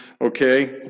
okay